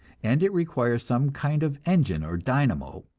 and it requires some kind of engine or dynamo,